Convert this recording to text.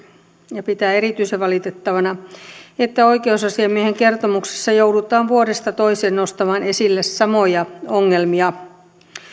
ja pitää erityisen valitettavana että oikeusasiamiehen kertomuksessa joudutaan vuodesta toiseen nostamaan esille samoja ongelmia